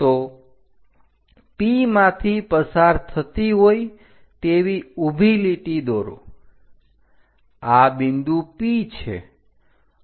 તો P માંથી પસાર થતી હોય તેવી ઊભી લીટી દોરો આ બિંદુ P છે